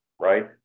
right